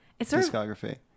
discography